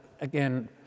again